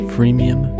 Freemium